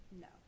No